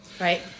right